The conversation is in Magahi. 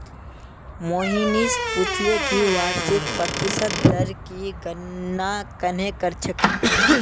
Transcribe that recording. मोहनीश पूछले कि वार्षिक प्रतिशत दर की गणना कंहे करछेक